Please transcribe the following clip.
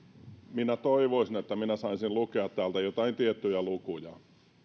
minä toivoisin että minä saisin lukea täältä joitain tiettyjä lukuja